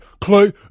Clay